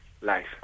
life